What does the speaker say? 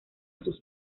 sus